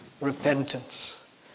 repentance